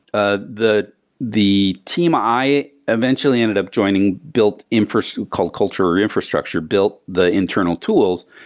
ah the the team i eventually ended up joining built in-person called culture, or infrastructure built the internal tools.